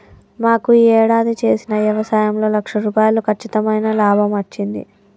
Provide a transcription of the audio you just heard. మాకు యీ యేడాది చేసిన యవసాయంలో లక్ష రూపాయలు కచ్చితమైన లాభమచ్చింది